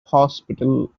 hospital